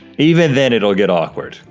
even then it'll get awkward.